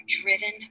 Driven